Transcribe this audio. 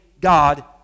God